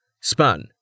Span